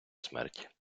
смерть